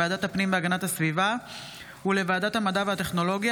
לוועדת הפנים והגנת הסביבה ולוועדת המדע והטכנולוגיה,